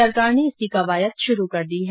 सरकार ने इसकी कवायद शुरू कर दी है